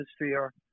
atmosphere